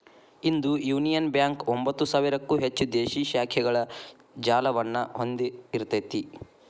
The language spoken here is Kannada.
ಇಂದು ಯುನಿಯನ್ ಬ್ಯಾಂಕ ಒಂಭತ್ತು ಸಾವಿರಕ್ಕೂ ಹೆಚ್ಚು ದೇಶೇ ಶಾಖೆಗಳ ಜಾಲವನ್ನ ಹೊಂದಿಇರ್ತೆತಿ